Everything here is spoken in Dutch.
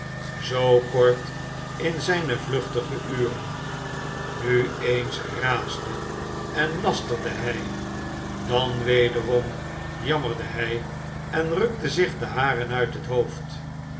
zoo kort in zijne vluchtige uren nu eens raasde en lasterde hij dan wederom jammerde hij en rukte zich de haren uit het hoofd